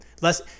less